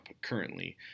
currently